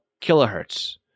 kilohertz